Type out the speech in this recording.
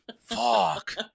fuck